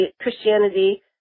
Christianity